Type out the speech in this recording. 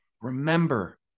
remember